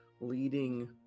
leading